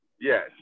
Yes